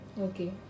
Okay